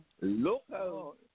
Local